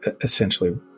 essentially